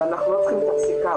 אנחנו לא צריכים את הפסיקה,